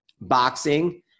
boxing